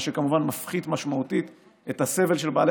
מה שכמובן מפחית משמעותית את הסבל של בעלי